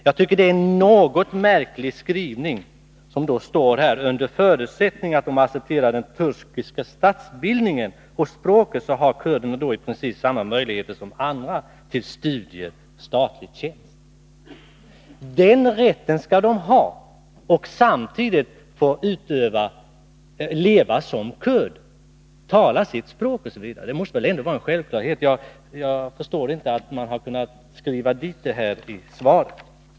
Jag tycker därför att följande skrivning isvaret är något märklig: ”Under förutsättning att de accepterar den turkiska statsbildningen och språket har de i princip samma möjligheter som andra till studier, statlig tjänst etc.” Den rätten skall kurderna ha och samtidigt få leva som kurder, tala sitt språk, osv. — det måste väl ändå vara en självklarhet. Jag förstår inte att man kunnat skriva in detta i svaret.